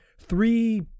three